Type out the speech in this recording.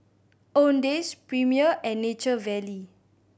Owndays Premier and Nature Valley